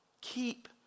Keep